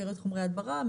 שאריות חומרי הדברה,